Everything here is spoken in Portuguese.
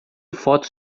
fotos